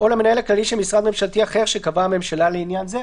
"למנהל הכללי של משרד ממשלתי אחר שקבעה הממשלה לעניין זה,